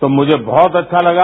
तो मुझे बहुत अच्छा लगा